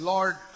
Lord